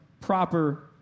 proper